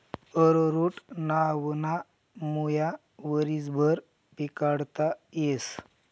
arrowroot नावना मुया वरीसभर पिकाडता येस